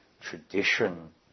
tradition